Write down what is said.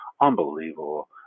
Unbelievable